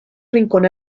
rincón